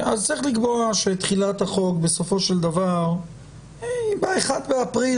אז צריך לקבוע שתחילת החוק בסופו של דבר ב-1 באפריל,